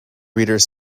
readers